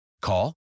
Call